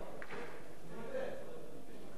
חבר הכנסת אורי מקלב מייד אחריו.